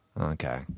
Okay